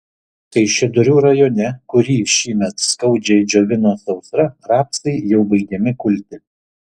kaišiadorių rajone kurį šįmet skaudžiai džiovino sausra rapsai jau baigiami kulti